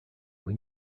when